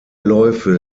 läufe